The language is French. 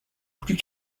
plus